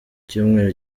icyumweru